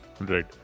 Right